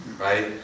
right